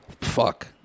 Fuck